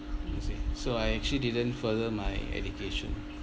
you see so I actually didn't further my education